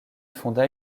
fonda